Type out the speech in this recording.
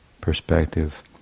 perspective